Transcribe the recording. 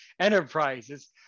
enterprises